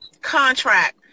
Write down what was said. contract